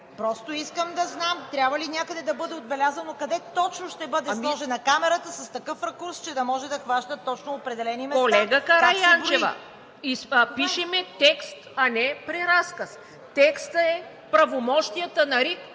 Просто искам да знам трябва ли някъде да бъде отбелязано къде точно ще бъде сложена камерата с такъв ракурс, че да може да хваща точно определени места? ПРЕДСЕДАТЕЛ ТАТЯНА ДОНЧЕВА: Колега Караянчева, пишем текст, а не преразказ. Текстът е: правомощията на РИК